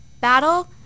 Battle